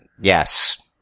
Yes